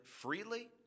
freely